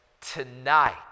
tonight